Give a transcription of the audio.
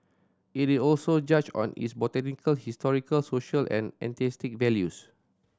it is also judged on its botanical historical social and aesthetic values